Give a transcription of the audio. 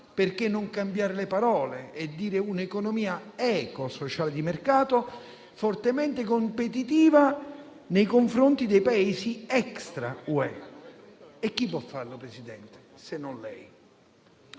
perché non cambiare le parole e dire che è un'economia eco-sociale di mercato, fortemente competitiva nei confronti dei Paesi *extra* UE. Chi può farlo, signor Presidente del